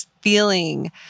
feeling